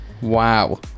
Wow